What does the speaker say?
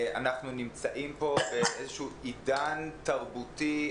אנחנו נמצאים פה בעידן תרבותי,